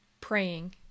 praying